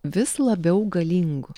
vis labiau galingu